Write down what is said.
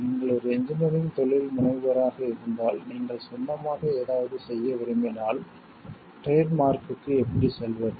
நீங்கள் ஒரு இன்ஜினியரிங் தொழில்முனைவோராக இருந்தால் நீங்கள் சொந்தமாக ஏதாவது செய்ய விரும்பினால் டிரேட் மார்க்க்கு எப்படி செல்வது